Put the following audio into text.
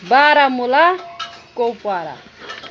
Baramulla Kupwara